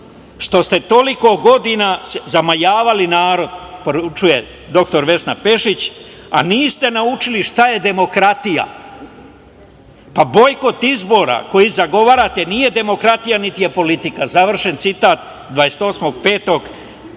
što ste toliko godina zamajavali narod“, poručuje dr Vesna Pešić, „a niste naučili šta je demokratija. Bojkot izbora koji vi zagovarate nije demokratija, niti je politika“. Završen citat,